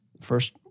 first